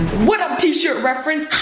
what up t-shirt reference?